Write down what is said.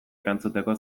erantzuteko